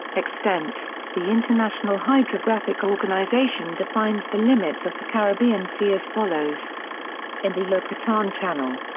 extent the international hydrographic organization defines the limits of the caribbean sea as follows in the yucatan channel.